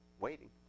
waiting